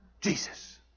Jesus